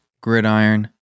Gridiron